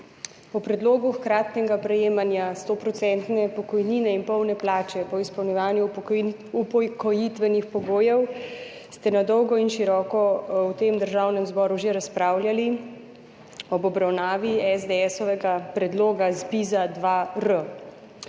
Po predlogu hkratnega prejemanja 100-odstotne pokojnine in polne plače po izpolnjevanju upokojitvenih pogojev ste na dolgo in široko v Državnem zboru že razpravljali ob obravnavi esdeesovega predloga ZPIZ-2R.